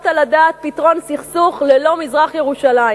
על הדעת פתרון סכסוך ללא מזרח-ירושלים.